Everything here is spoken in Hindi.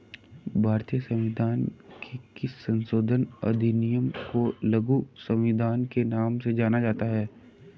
भारतीय संविधान के किस संशोधन अधिनियम को लघु संविधान के नाम से जाना जाता है?